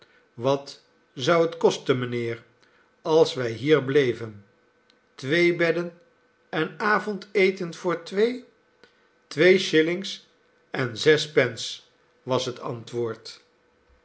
wat zou het kosten mijnheer als wij hier bleven twee bedden en avondeten voor twee twee shillings en zes pence was het antwoord